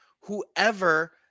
whoever